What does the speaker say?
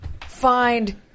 find